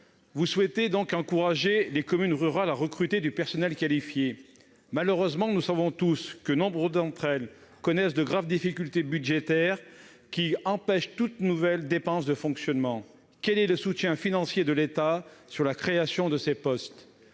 vous souhaitez donc encourager les communes rurales à recruter du personnel qualifié. Malheureusement, nous savons tous que nombre d'entre elles connaissent de graves difficultés budgétaires, qui empêchent toute nouvelle dépense de fonctionnement. Quel soutien financier l'État compte-t-il apporter à